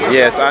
yes